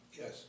Yes